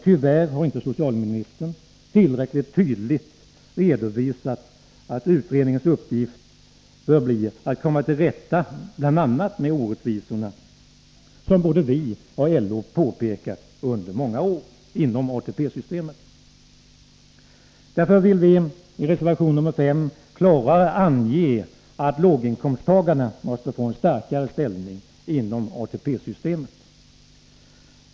Tyvärr har inte socialministern tillräckligt tydligt redovisat att utredningens uppgift bör bli att komma till rätta med bl.a. de orättvisor i ATP-systemet som både vi och LO har pekat på under många år. Därför föreslår vi i reservation 5 att man skall klarare ange att låginkomsttagarna måste få en starkare ställning inom ATP systemet.